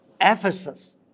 Ephesus